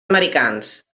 americans